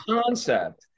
concept